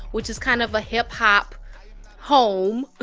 which is kind of a hip-hop home